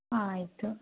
ಆಯಿತು